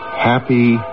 Happy